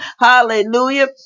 hallelujah